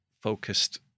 focused